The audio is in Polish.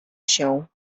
się